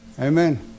Amen